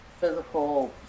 physical